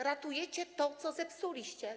Ratujecie to, co zepsuliście.